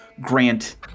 Grant